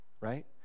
Right